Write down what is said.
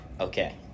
Okay